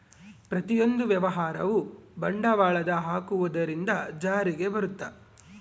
ಪ್ರತಿಯೊಂದು ವ್ಯವಹಾರವು ಬಂಡವಾಳದ ಹಾಕುವುದರಿಂದ ಜಾರಿಗೆ ಬರುತ್ತ